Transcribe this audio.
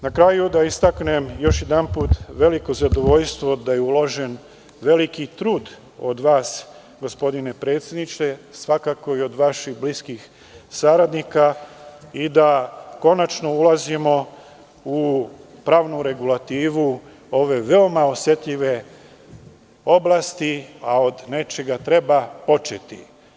Na kraju da istaknem još jedanput veliko zadovoljstvo da je uložen veliki trud od vas, gospodine predsedniče, svakako i od vaših bliskih saradnika i da konačno ulazimo u pravnu regulativu ove veoma osetljive oblasti, a od nečega treba početi.